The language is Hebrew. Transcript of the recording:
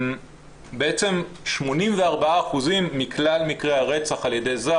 בעצם 84% מכלל מקרי הרצח על ידי זר